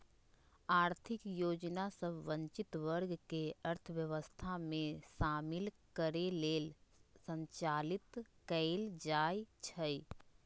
आर्थिक योजना सभ वंचित वर्ग के अर्थव्यवस्था में शामिल करे लेल संचालित कएल जाइ छइ